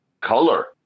color